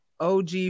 Og